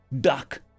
Duck